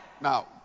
Now